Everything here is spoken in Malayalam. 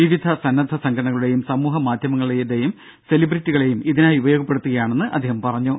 വിവിധ സന്നദ്ധ സംഘടനകളയും സമൂഹ മാധ്യമങ്ങളെയും സെലിബ്രിറ്റികളെയും ഇതിനായി ഉപയോഗപ്പെടുത്തുകയാണെന്ന് അദ്ദേഹം പറഞ്ഞു